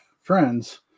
friends